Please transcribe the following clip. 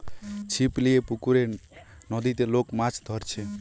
ছিপ লিয়ে পুকুরে, নদীতে লোক মাছ ধরছে